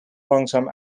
langzaam